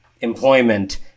employment